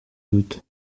doute